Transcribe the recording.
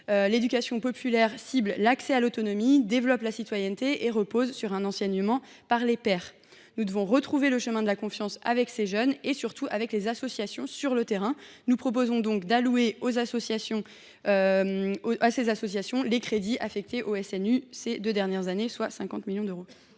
L’éducation populaire cible l’accès à l’autonomie, développe la citoyenneté et repose sur un enseignement par les pairs. Nous devons retrouver le chemin de la confiance avec les jeunes et, surtout, avec les associations sur le terrain. Nous proposons donc d’allouer aux associations d’éducation populaire les crédits alloués au SNU ces deux dernières années, soit 50 millions d’euros.